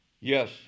Yes